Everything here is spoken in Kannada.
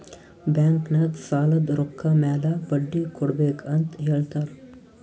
ಬ್ಯಾಂಕ್ ನಾಗ್ ಸಾಲದ್ ರೊಕ್ಕ ಮ್ಯಾಲ ಬಡ್ಡಿ ಕೊಡ್ಬೇಕ್ ಅಂತ್ ಹೇಳ್ತಾರ್